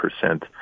percent